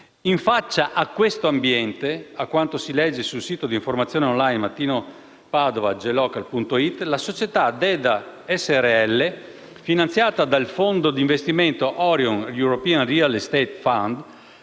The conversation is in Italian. In faccia a questo ambiente - a quanto si legge sul sito di informazione *online* mattinopadova.gelocal.it - la società Deda Srl, finanziata dal fondo d'investimento Orion european real estate fund